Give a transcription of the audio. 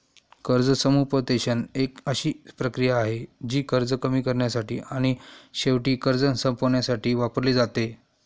कर्ज समुपदेशन एक अशी प्रक्रिया आहे, जी कर्ज कमी करण्यासाठी आणि शेवटी कर्ज संपवण्यासाठी वापरली जाते